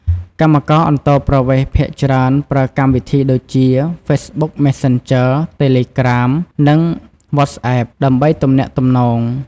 កម្មករអន្តោប្រវេសន៍ភាគច្រើនប្រើកម្មវិធីដូចជា Facebook Messenger Telegram និង WhatsApp ដើម្បីទំនាក់ទំនង។